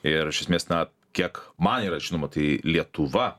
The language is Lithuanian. ir iš esmės na kiek man yra žinoma tai lietuva